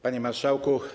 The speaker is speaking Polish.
Panie Marszałku!